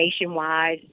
nationwide